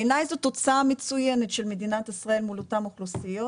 בעיניי זאת תוצאה מצוינת של מדינת ישראל מול אותן אוכלוסיות,